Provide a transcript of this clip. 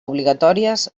obligatòries